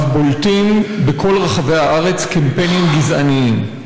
בולטים בכל רחבי הארץ קמפיינים גזעניים: